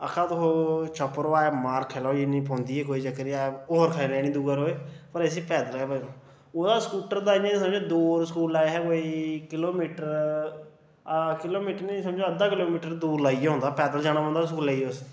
आक्खै दा अज्ज तुस ओह् चुप्प रवो मार खाओ जिन्नी पौंदी ऐ कोई चक्कर नेईं मार होर खाई लैनी दुए रोज पर इसी पैदल गै भेजना ओह्दा स्कूटर दा इयां समझो दूर स्कूला दा हा कोई किलोमिटर अ किलोमिटर नेईं समझो अद्धा किलोमिटर दूर लाइयै औंदा पैदल जाना पौंदा स्कूलै गी उस